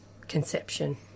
conception